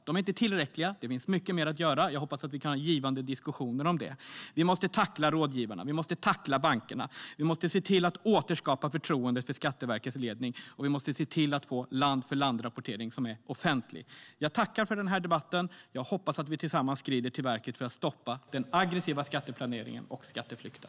De är inte tillräckliga, utan det finns mycket mer att göra. Jag hoppas att vi kan ha givande diskussioner om det. Vi måste tackla rådgivarna. Vi måste tackla bankerna. Vi måste se till att återskapa förtroendet för Skatteverkets ledning. Vi måste se till att få en land-för-land-rapportering som är offentlig. Jag tackar för debatten. Jag hoppas att vi tillsammans skrider till verket för att stoppa den aggressiva skatteplaneringen och skatteflykten.